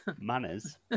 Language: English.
Manners